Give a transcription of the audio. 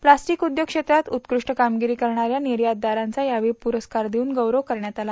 plastic उद्योग क्षेत्रात उत्कृष्ट कामगिरी करणाऱ्या निर्यातदारांचा यावेळी पुरस्कार देऊन गौरव करण्यात आला